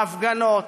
בהפגנות,